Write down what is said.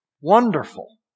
wonderful